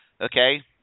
okay